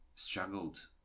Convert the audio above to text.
struggled